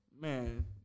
Man